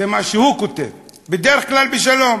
זה מה שהוא כותב, בדרך כלל בשלום.